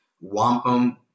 wampum